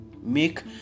make